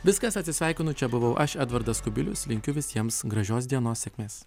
viskas atsisveikinu čia buvau aš edvardas kubilius linkiu visiems gražios dienos sėkmės